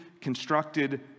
constructed